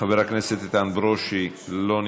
חבר הכנסת איתן ברושי, אינו נוכח,